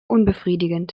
unbefriedigend